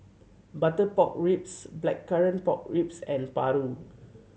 butter pork ribs Blackcurrant Pork Ribs and paru